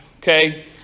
okay